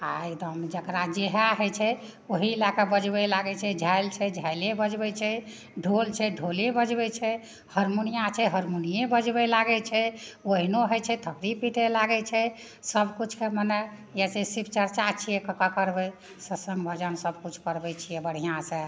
आ एकदम जकरा जेहए होइत छै ओहि लए कऽ बजबऽ लागैत छै झालि छै झालिए बजबै छै ढोल छै ढोले बजबैत छै हरमुनिआ छै हरमुनिए बजबै लागैत छै ओहिनो होइत छै थपरी पीटै लागैत छै सबकिछु कऽ मने जैसे शिवचर्चा छियै कतऽ करबै सत्सङ्ग भजन सबकिछु करबैत छियै बढ़िआँसँ